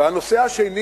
והנושא השני